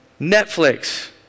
Netflix